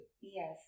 Yes